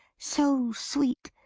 so sweet,